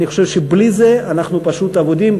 אני חושב שבלי זה אנחנו פשוט אבודים,